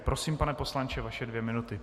Prosím, pane poslanče, vaše dvě minuty.